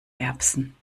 erbsen